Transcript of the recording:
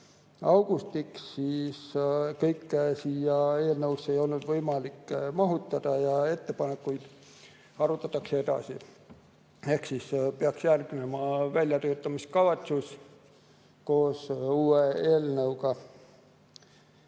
augustiks, siis kõike siia eelnõusse ei olnud võimalik mahutada ja ettepanekuid arutatakse edasi. Ehk siis peaks järgnema uue eelnõu väljatöötamiskavatsus. Edasi tunti